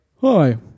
hi